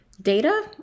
Data